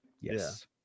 Yes